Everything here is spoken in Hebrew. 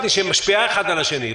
מפני שהיא משפיעה אחד על השני.